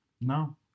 no